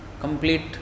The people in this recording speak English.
complete